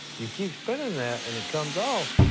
you keep spinning that and it comes off,